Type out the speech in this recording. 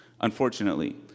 unfortunately